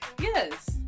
yes